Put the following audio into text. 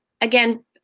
again